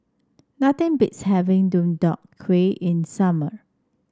nothing beats having Deodeok Gui in summer